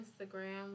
Instagram